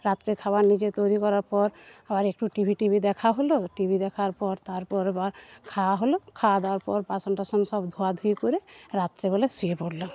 রাত্রের খাবার নিজে তৈরি করার পর আবার একটু টিভি টিভি দেখা হল টিভি দেখার পর তারপর আবার খাওয়া হল খাওয়া দাওয়ার পর বাসন টাসন সব ধোয়াধুয়ি করে রাত্রেবেলা শুয়ে পড়লাম